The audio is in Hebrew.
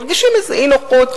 מרגישים אולי איזה אי-נוחות,